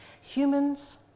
Humans